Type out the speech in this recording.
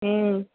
ம்